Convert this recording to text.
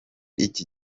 iki